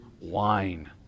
wine